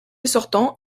sortant